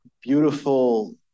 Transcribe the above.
beautiful